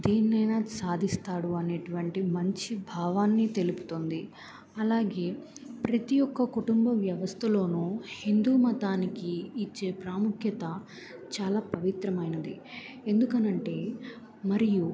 దేనినైనా సాధిస్తాడు అనేటువంటి మంచి భావాన్ని తెలుపుతోంది అలాగే ప్రతి ఒక్క కుటుంబ వ్యవస్థలోనూ హిందూ మతానికి ఇచ్చే ప్రాముఖ్యత చాలా పవిత్రమైనది ఎందుకు అని అంటే మరియు